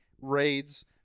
raids